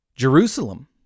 Jerusalem